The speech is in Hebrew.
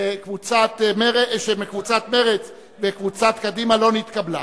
קבוצת סיעת מרצ וחברי הכנסת מקדימה לא נתקבלה.